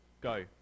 go